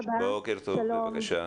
בוקר טוב, בבקשה.